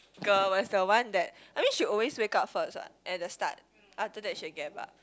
girl was the one that I mean she always wake up first what at the start after that she gave up